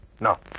Now